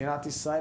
מדינת ישראל,